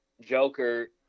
Joker